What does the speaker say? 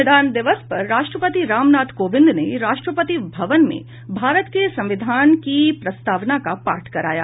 संविधान दिवस पर राष्ट्रपति राम नाथ कोविंद ने राष्ट्रपति भवन में भारत के संविधान की प्रस्तावना का पाठ कराया